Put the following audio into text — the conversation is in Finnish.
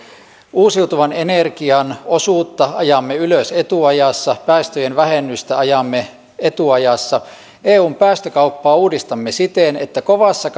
uusiutuvan energian osuutta ajamme ylös etuajassa päästöjen vähennystä ajamme etuajassa eun päästökauppaa uudistamme siten että kovassa